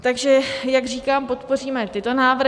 Takže jak říkám, podpoříme tyto návrhy.